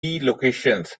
locations